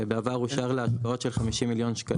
בעבר אושרו לה זכאויות של 50 מיליון שקלים.